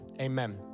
amen